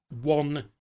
one